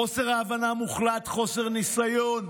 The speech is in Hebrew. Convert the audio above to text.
חוסר הבנה מוחלט, חוסר ניסיון.